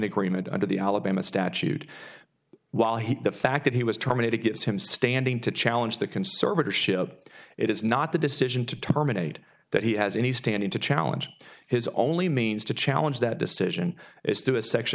agreement under the alabama statute while he the fact that he was terminated gives him standing to challenge the conservatorship it is not the decision to terminate that he has any standing to challenge his only means to challenge that decision is to a section